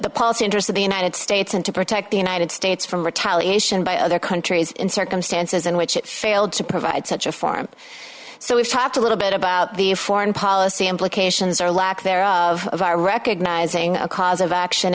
the policy interests of the united states and to protect the united states from retaliation by other countries in circumstances in which it failed to provide such a form so we've talked a little bit about the foreign policy implications or lack there of recognizing a cause of action